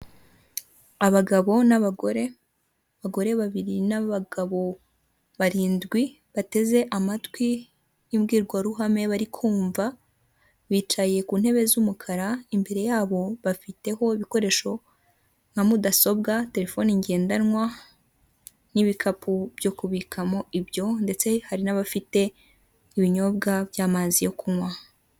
Abagabo n'abagore abagore babiri n'abagabo barindwi bateze amatwi imbwirwaruhame barikumva bicaye ku ntebe z'umukara imbere yabo bafiteho ibikoresho nka mudasobwa telefone ngendanwa n'ibikapu byo kubikamo ibyabo ndetse hari n'abafite ibinyobwa by'amazi yo kunywa.